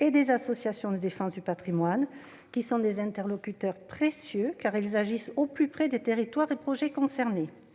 et des associations de défense du patrimoine, qui sont des interlocuteurs précieux, car ils agissent au plus près des territoires et des projets concernés.